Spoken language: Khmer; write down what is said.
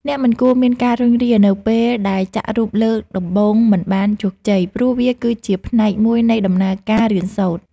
អ្នកមិនគួរមានការរុញរានៅពេលដែលចាក់រូបលើកដំបូងមិនបានជោគជ័យ ព្រោះវាគឺជាផ្នែកមួយនៃដំណើរការរៀនសូត្រ។